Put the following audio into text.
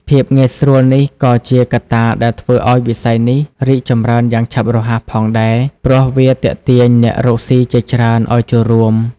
ភាពងាយស្រួលនេះក៏ជាកត្តាដែលធ្វើឱ្យវិស័យនេះរីកចម្រើនយ៉ាងឆាប់រហ័សផងដែរ ព្រោះវាទាក់ទាញអ្នករកស៊ីជាច្រើនឱ្យចូលរួម។